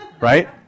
right